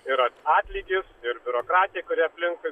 yra atlygis ir biurokratija kuri aplinkui